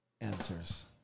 answers